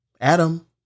Adam